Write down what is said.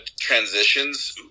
transitions